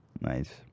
Nice